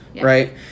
right